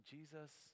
Jesus